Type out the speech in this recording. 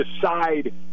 decide